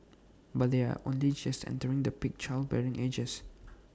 but they are only just entering the peak childbearing ages